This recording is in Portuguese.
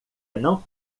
não